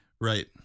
Right